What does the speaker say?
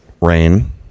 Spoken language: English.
Rain